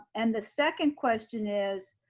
and the second question is,